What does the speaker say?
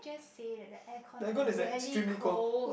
say that the air con is really cold